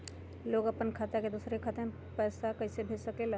लोग अपन खाता से दोसर के खाता में पैसा कइसे भेज सकेला?